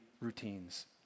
routines